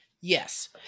Yes